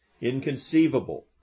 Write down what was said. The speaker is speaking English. inconceivable